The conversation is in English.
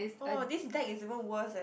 oh this deck is even worse eh